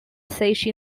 sage